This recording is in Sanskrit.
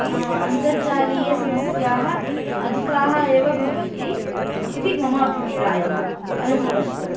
अन्तर्जालीयसमस्याः अधिकाः एव भवन्ति इति मम अभिप्रायः अनुभवश्च